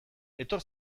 etor